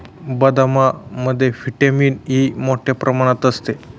बदामामध्ये vitamin E मोठ्ठ्या प्रमाणात असते